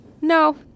no